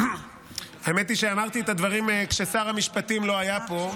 האמת היא שאמרתי את הדברים כששר המשפטים לא היה פה.